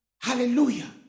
hallelujah